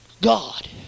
God